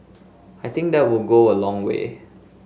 I think that will go a long way